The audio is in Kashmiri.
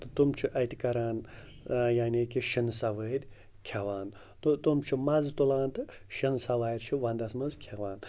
تہٕ تِم چھِ اَتہِ کَران یعنی کہِ شِنہٕ سَوٲرۍ کھٮ۪وان تہٕ تِم چھِ مَزٕ تُلان تہٕ شِنہٕ سَوارِ چھِ وَنٛدَس منٛز کھٮ۪وان